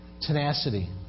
tenacity